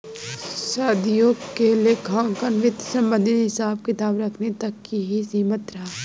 सदियों से लेखांकन वित्त संबंधित हिसाब किताब रखने तक ही सीमित रहा